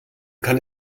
kann